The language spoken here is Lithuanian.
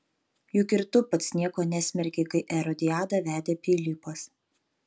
juk ir tu pats nieko nesmerkei kai erodiadą vedė pilypas